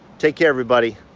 take care, everybody.